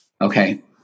Okay